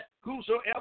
whosoever